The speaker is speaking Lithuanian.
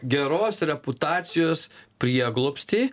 geros reputacijos prieglobstį